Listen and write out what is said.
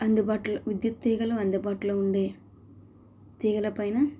అందుబాటులో విద్యుత్ తీగలు అందుబాటులో ఉండే తీగలపైన